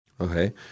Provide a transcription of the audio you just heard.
Okay